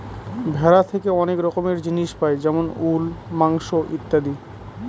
ভেড়া থেকে অনেক রকমের জিনিস পাই যেমন উল, মাংস ইত্যাদি